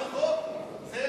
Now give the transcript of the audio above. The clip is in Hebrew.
והצד הכי מכוער של החוק זה אתה.